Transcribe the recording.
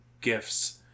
gifts